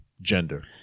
gender